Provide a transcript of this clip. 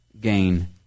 gain